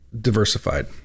diversified